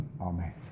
Amen